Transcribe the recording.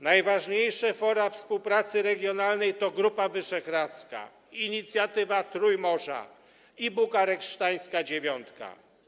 Najważniejsze fora współpracy regionalnej to Grupa Wyszehradzka, Inicjatywa Trójmorza i bukaresztańska dziewiątka.